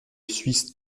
suisse